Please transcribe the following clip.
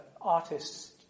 artists